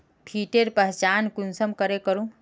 कीटेर पहचान कुंसम करे करूम?